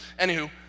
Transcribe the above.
Anywho